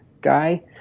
guy